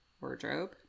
wardrobe